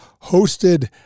hosted